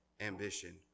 ambition